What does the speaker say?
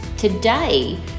Today